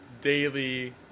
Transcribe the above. daily